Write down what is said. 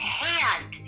hand